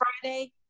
Friday